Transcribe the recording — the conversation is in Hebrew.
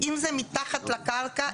אם זה מתחת לקרקע,